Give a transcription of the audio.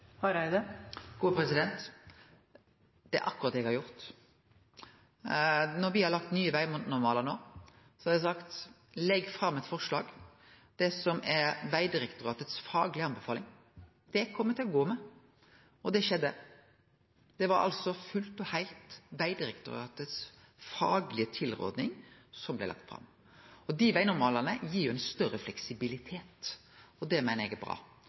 Det er akkurat det eg har gjort. Når me no har lagt fram nye vegnormalar, har eg sagt: Legg fram eit forslag som er Vegdirektoratet si faglege tilråding – det kjem me til å gå med. Det skjedde. Det var altså fullt og heilt Vegdirektoratet si faglege tilråding som blei lagd fram. Dei vegnormalane gir større fleksibilitet, og det meiner eg er bra.